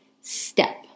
step